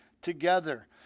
together